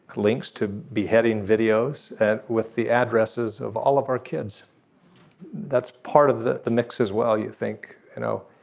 links to beheading videos. and with the addresses of all of our kids that's part of the the mix as well you think you know.